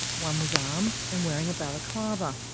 one was armed and wearing a balaclava.